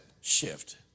shift